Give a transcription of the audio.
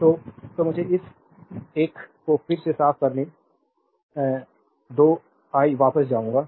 तो तो मुझे इस एक को फिर से साफ करने दो आई वापस आऊंगा